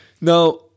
now